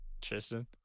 Tristan